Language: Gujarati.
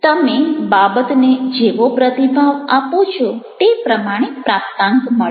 તમે બાબતને જેવો પ્રતિભાવ આપો છો તે પ્રમાણે પ્રાપ્તાંક મળે છે